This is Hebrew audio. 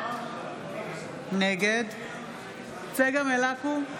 נגד צגה מלקו,